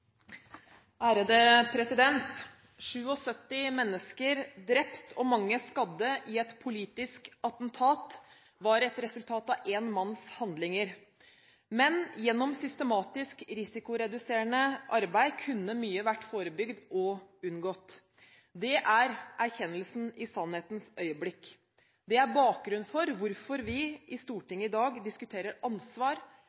mennesker drept og mange skadde i et politisk attentat var et resultat av én manns handlinger. Men gjennom systematisk risikoreduserende arbeid kunne mye vært forebygd og unngått. Det er erkjennelsen i sannhetens øyeblikk. Det er bakgrunnen for hvorfor vi i